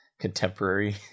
contemporary